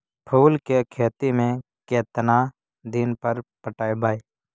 फूल के खेती में केतना दिन पर पटइबै?